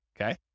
okay